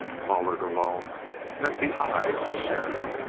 pollard alone met the eye of the sheriff.